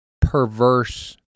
perverse